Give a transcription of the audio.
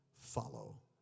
follow